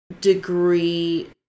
degree